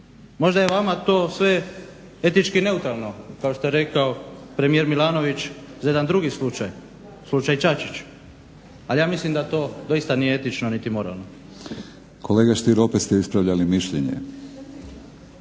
Možda je vama to sve etički neutralno kao što je rekao premijer Milanović za jedan drugi slučaj, slučaj Čačić, ali ja mislim da to doista nije etično niti moralno. **Batinić, Milorad (HNS)** Kolega Stier, opet ste ispravljali mišljenje.